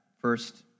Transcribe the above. first